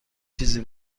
چیزی